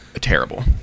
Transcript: terrible